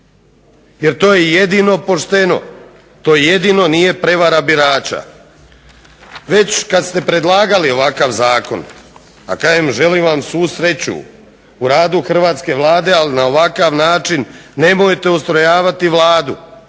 Jer to je jedino pošteno, to jedino nije prevara birača. Već kada ste predlagali ovakav Zakon a kažem želim vam svu sreću u radu Hrvatske vlade ali na ovakav način nemojte ustrojavati Vladu